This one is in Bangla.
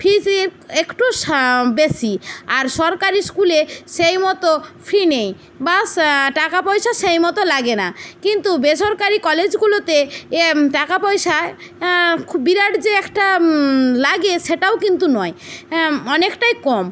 ফিজের একটু বেশি আর সরকারি স্কুলে সেই মতো ফি নেই বা টাকা পয়সা সেই মতো লাগে না কিন্তু বেসরকারি কলেজগুলোতে এ টাকা পয়সা বিরাট যে একটা লাগে সেটাও কিন্তু নয় অনেকটাই কম